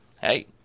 Hey